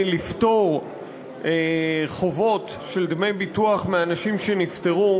לפטור חובות של דמי ביטוח מאנשים שנפטרו,